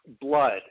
blood